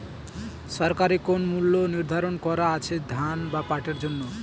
সরকারি কোন মূল্য নিধারন করা আছে ধান বা পাটের জন্য?